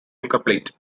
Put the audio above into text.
incomplete